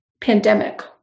pandemic